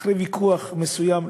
אחרי ויכוח מסוים,